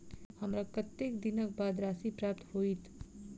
हमरा कत्तेक दिनक बाद राशि प्राप्त होइत?